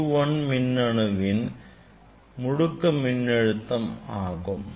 U1 மின்னணுவின் முடுக்க மின்னழுத்தம் ஆகும்